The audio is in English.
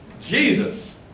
Jesus